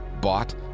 bought